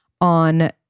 on